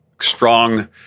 strong